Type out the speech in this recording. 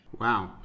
Wow